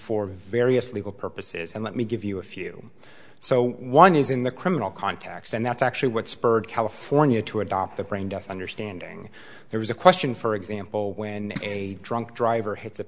for various legal purposes and let me give you a few so one is in the criminal context and that's actually what spurred california to adopt the brain death understanding there was a question for example when a drunk driver hit